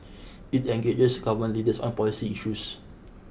it engages government leaders on policy issues